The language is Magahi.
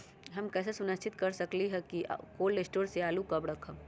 हम कैसे सुनिश्चित कर सकली ह कि कोल शटोर से आलू कब रखब?